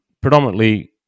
predominantly